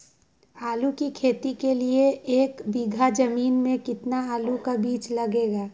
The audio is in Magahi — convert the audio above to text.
आलू की खेती के लिए एक बीघा जमीन में कितना आलू का बीज लगेगा?